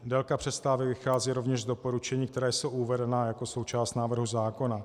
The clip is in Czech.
Délka přestávek vychází rovněž z doporučení, která jsou uvedena jako součást návrhu zákona.